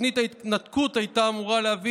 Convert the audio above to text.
תוכנית ההתנתקות הייתה אמורה להביא